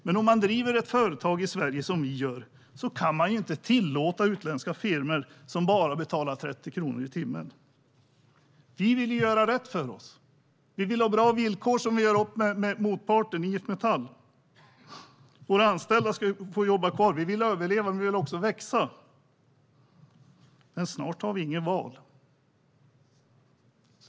De anser att i och med att de driver företag i Sverige kan de inte tillåta utländska firmor som betalar bara 30 kronor i timmen. De vill göra rätt för sig och ha bra villkor som de har gjort upp om med motparten IF Metall. Deras anställda ska få jobba kvar. De vill att företagen ska överleva och växa, men snart har de inget val.